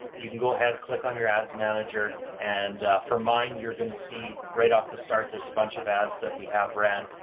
you can go ahead, click on your ads manager and for mine you're going to see right off the start, there's a bunch of ads that we have ran,